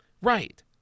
Right